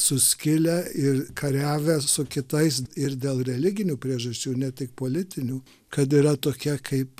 suskilę ir kariavę su kitais ir dėl religinių priežasčių ne tik politinių kad yra tokia kaip